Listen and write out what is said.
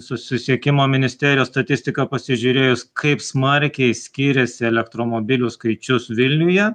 susisiekimo ministerijos statistiką pasižiūrėjus kaip smarkiai skiriasi elektromobilių skaičius vilniuje